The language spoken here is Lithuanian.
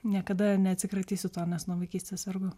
niekada neatsikratysiu tuo nes nuo vaikystės sergu